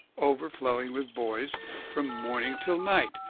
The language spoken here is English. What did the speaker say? overflowing with boys from morning till night,